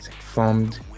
formed